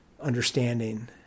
understanding